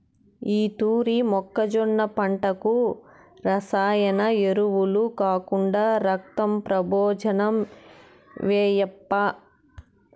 ఈ తూరి మొక్కజొన్న పంటకు రసాయన ఎరువులు కాకుండా రక్తం ప్రబోజనం ఏయప్పా